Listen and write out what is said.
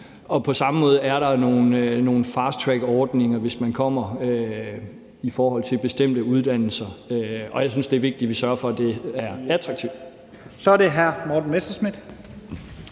På samme måde er der nogle fasttrackordninger i forhold til bestemte uddannelser, og jeg synes, det er vigtigt, at vi sørger for, at det er attraktivt. Kl. 10:31 Første næstformand